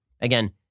Again